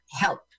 Help